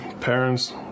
parents